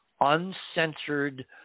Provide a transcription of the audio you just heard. uncensored